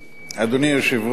אדוני היושב-ראש,